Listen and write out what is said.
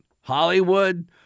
Hollywood